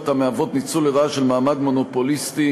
המהוות ניצול לרעה של מעמד מונופוליסטי,